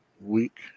week